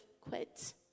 quit